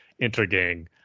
Intergang